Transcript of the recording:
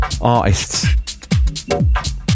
artists